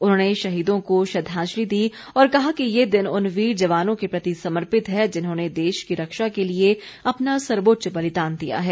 उन्होंने शहीदों को श्रद्धांजलि दी और कहा कि ये दिन उन वीर जवानों के प्रति समर्पित है जिन्होंने देश की रक्षा के लिए अपना सर्वोच्च बलिदान दिया है